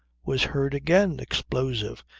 was heard again explosive,